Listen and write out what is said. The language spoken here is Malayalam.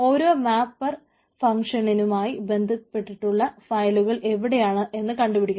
ഓരോ മാപ്പർ ഫംഗ്ഷനുമായി ബന്ധപ്പെട്ടിട്ടുള്ള ഫയലുകൾ എവിടെയാണെന്ന് കണ്ടുപിടിക്കുന്നു